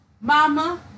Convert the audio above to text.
mama